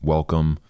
Welcome